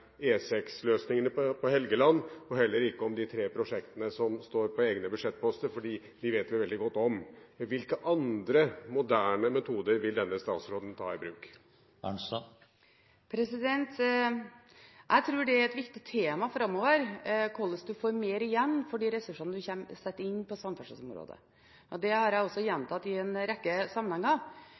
om E6-løsningene på Helgeland, heller ikke om de tre prosjektene som står på egne budsjettposter, for dem vet vi veldig godt om. Hvilke andre moderne metoder vil denne statsråden ta i bruk? Jeg tror temaet om hvorledes en får mer igjen for de ressursene en setter inn på samferdselsområdet, blir viktig framover. Det har jeg også gjentatt i en rekke sammenhenger.